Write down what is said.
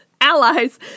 allies